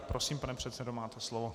Prosím, pane předsedo, máte slovo.